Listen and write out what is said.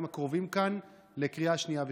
הקרובים לכאן לקריאה שנייה ושלישית?